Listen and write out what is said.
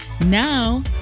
Now